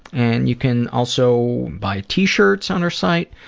and you can also buy t-shirts on our website.